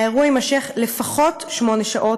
האירוע יימשך לפחות שמונה שעות,